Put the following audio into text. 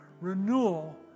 renewal